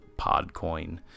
PodCoin